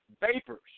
vapors